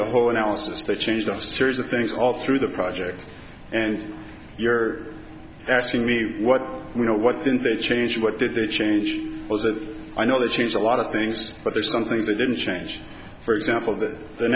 the whole analysis to change the series of things all through the project and you're asking me what you know what did they change what did they change was that i know the change a lot of things but there's some things they didn't change for example that the